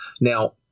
Now